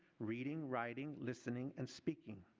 reading, writing, listening and speaking.